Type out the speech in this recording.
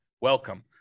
Welcome